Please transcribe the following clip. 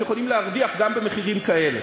הם יכולים להרוויח גם במחירים כאלה.